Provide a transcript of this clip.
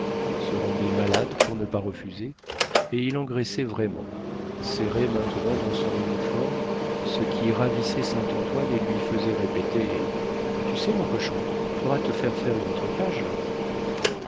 se rendait malade pour ne pas refuser et il engraissait vraiment serré maintenant dans son uniforme ce qui ravissait saint-antoine et lui faisait répéter tu sais mon cochon faudra te faire faire une autre cage